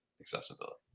accessibility